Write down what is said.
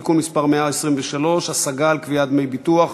(תיקון מס' 123) (השגה על קביעת דמי ביטוח),